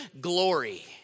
glory